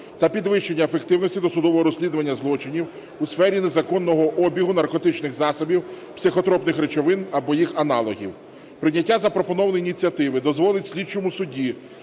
та підвищення ефективності досудового розслідування злочинів у сфері незаконного обігу наркотичних засобів, психотропних речовин або їх аналогів. Прийняття запропонованої ініціативи дозволить слідчому судді,